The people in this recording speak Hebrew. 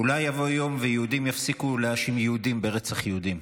אולי יבוא יום ויהודים יפסיקו להאשים יהודים ברצח יהודים.